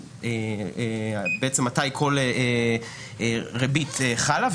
בעצם מתי כל ריבית חלה,